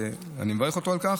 ואני מברך אותו על כך.